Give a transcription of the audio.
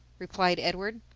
replied edward.